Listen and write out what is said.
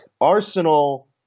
Arsenal